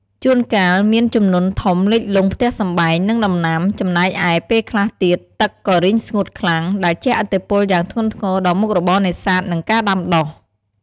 ជួនកាលមានជំនន់ធំលិចលង់ផ្ទះសម្បែង និងដំណាំ ចំណែកឯពេលខ្លះទៀតទឹកក៏រីងស្ងួតខ្លាំង ដែលជះឥទ្ធិពលយ៉ាងធ្ងន់ធ្ងរដល់មុខរបរនេសាទ និងការដាំដុះ។